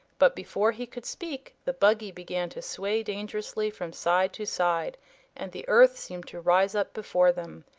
but before he could speak the buggy began to sway dangerously from side to side and the earth seemed to rise up before them.